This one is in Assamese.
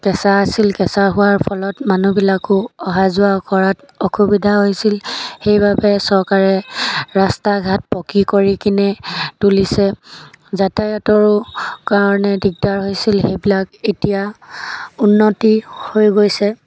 কেঁচা আছিল কেঁচা হোৱাৰ ফলত মানুহবিলাকো অহা যোৱা কৰাত অসুবিধা হৈছিল সেইবাবে চৰকাৰে ৰাস্তা ঘাট পকি কৰিকেনে তুলিছে যাতায়তৰো কাৰণে দিগদাৰ হৈছিল সেইবিলাক এতিয়া উন্নতি হৈ গৈছে